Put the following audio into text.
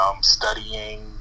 studying